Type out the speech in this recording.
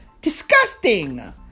Disgusting